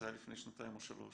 זה היה לפני שנתיים או שלוש.